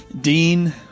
Dean